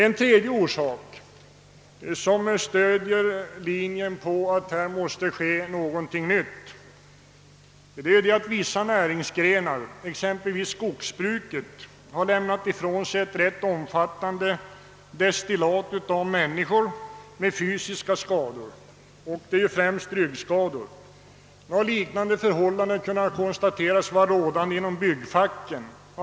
Ett tredje förhållande som motiverar att någonting nytt måste ske är att vissa näringsgrenar, exempelvis skogsbruket, lämnat ifrån sig ett rätt stort antal människor med fysiska skador, främst ryggskador. Liknande förhållanden har kunnat konstateras inom byggfacket.